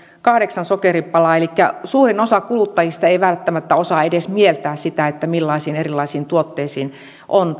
kahdeksan sokeripalaa elikkä suurin osa kuluttajista ei välttämättä osaa edes mieltää sitä millaisiin erilaisiin tuotteisiin on